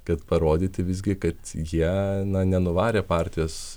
kad parodyti visgi kad jie na nenuvarė partijos